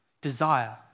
desire